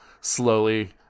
slowly